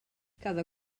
cada